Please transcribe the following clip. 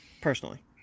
personally